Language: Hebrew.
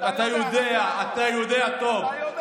אתה יודע טוב, אתה יודע רק להרוס.